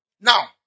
Now